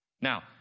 Now